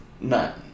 None